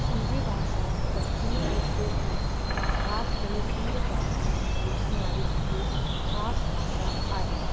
सिंधी भाषा पश्चमी हिसे ऐं ख़ासि करे सिंधु प्रांत में ॻाल्हाइणु वारी हिकु ख़ासि भाषा आहे